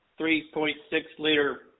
3.6-liter